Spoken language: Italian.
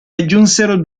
aggiunsero